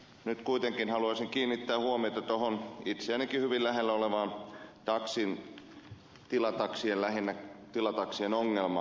nyt kuitenkin haluaisin kiinnittää huomiota tuohon itseänikin hyvin lähellä olevaan lähinnä tilataksien ongelmaan